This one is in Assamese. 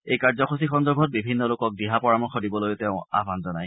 এই কাৰ্যসূচী সন্দৰ্ভত বিভিন্ন লোকক দিহা পৰামৰ্শ দিবলৈও তেওঁ আহান জনায়